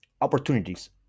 opportunities